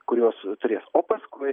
kuriuos turės o paskui